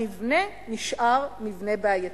המבנה נשאר מבנה בעייתי.